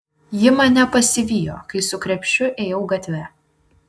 ji mane pasivijo kai su krepšiu ėjau gatve